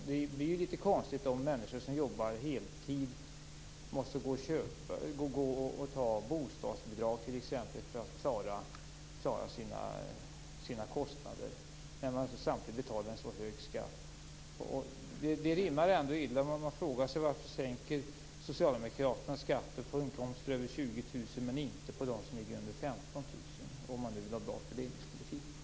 Det är konstigt om heltidsarbetande människor behöver bostadsbidrag för att klara kostnaderna när de samtidigt betalar en så hög skatt. Det rimmar illa. Man frågar sig varför Socialdemokraterna låter sänka skatten för dem med inkomster över 20 000 kr i månaden men inte för dem som ligger under 15 000 kr?